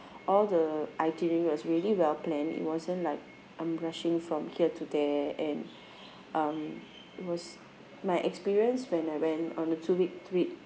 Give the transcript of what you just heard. all the itinerary was really well planned it wasn't like I'm rushing from here to there and um was my experience when I went on a two week trip